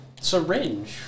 syringe